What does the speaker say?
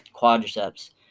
quadriceps